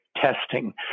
testing